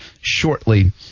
shortly